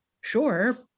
Sure